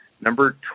number